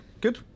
Good